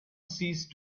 ceased